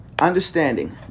Understanding